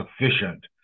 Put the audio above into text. sufficient